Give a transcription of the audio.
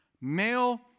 Male